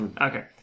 Okay